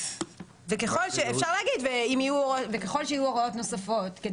אפשר להגיד, ככל שיהיו הוראות נוספות.